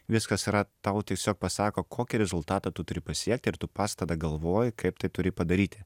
viskas yra tau tiesiog pasako kokį rezultatą tu turi pasiekti ir tu pats tada galvoji kaip tai turi padaryti